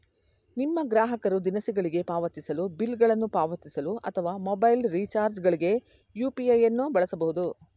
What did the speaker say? ನಿಮ್ಮ ಗ್ರಾಹಕರು ದಿನಸಿಗಳಿಗೆ ಪಾವತಿಸಲು, ಬಿಲ್ ಗಳನ್ನು ಪಾವತಿಸಲು ಅಥವಾ ಮೊಬೈಲ್ ರಿಚಾರ್ಜ್ ಗಳ್ಗೆ ಯು.ಪಿ.ಐ ನ್ನು ಬಳಸಬಹುದು